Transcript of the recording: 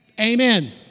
Amen